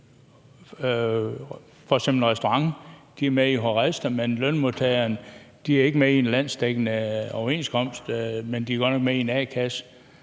for f.eks. en restaurant, der er med i HORESTA, men hvor lønmodtagerne ikke er med i en landsdækkende overenskomst, men de er godt nok med i en a-kasse,